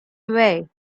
away